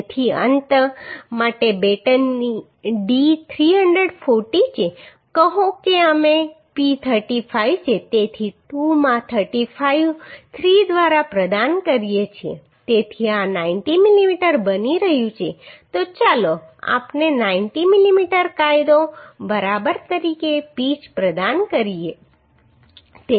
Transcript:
તેથી અંત માટે બેટન ડી 340 છે કહો કે અમે P 35 છે તેથી 2 માં 35 જમણે 3 દ્વારા પ્રદાન કરીએ છીએ તેથી આ 90 mm બની રહ્યું છે તો ચાલો આપણે 90 mm કાયદો બરાબર તરીકે પીચ પ્રદાન કરીએ